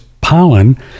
pollen